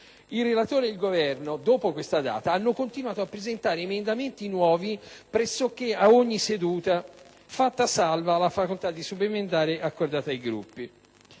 Il relatore e il Governo, dopo questa data, hanno continuato a presentare nuovi emendamenti pressoché ad ogni seduta, fatta salva la facoltà di subemendare accordata ai Gruppi.